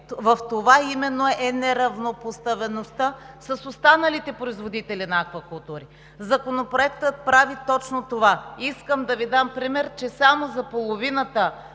В това именно е неравнопоставеността с останалите производители на аквакултури. Законопроектът прави точно това. Искам да Ви дам пример, че само за последните